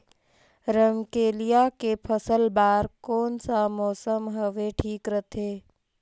रमकेलिया के फसल बार कोन सा मौसम हवे ठीक रथे?